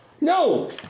No